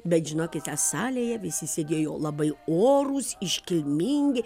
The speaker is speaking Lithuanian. bet žinokite salėje visi sėdėjo labai orūs iškilmingi